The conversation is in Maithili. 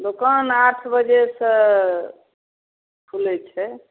दोकान आठ बजेसँ खुलै छै